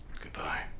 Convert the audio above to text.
Goodbye